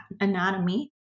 anatomy